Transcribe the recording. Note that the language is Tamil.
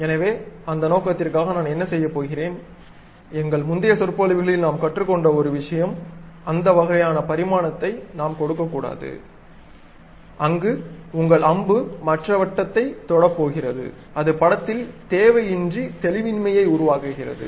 எனவே அந்த நோக்கத்திற்காக நான் என்ன செய்யப் போகிறேன் எங்கள் முந்தைய சொற்பொழிவுகளில் நாம் கற்றுக்கொண்ட ஒரு விஷயம் இந்த வகையான பரிமாணத்தை நாம் கொடுக்கக்கூடாது அங்கு உங்கள் அம்பு மற்ற வட்டத்தைத் தொடப் போகிறது அது படத்தில் தேவையின்றி தெளிவின்மையை உருவாக்குகிறது